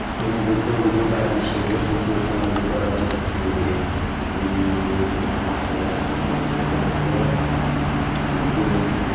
maybe before we do that you should listen to a sound of the bell just to breathe and process what's happening for us how we're feeling